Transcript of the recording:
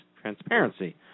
transparency